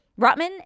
Rotman